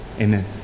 Amen